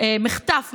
מחטף,